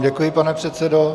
Děkuji vám, pane předsedo.